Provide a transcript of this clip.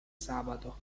sabato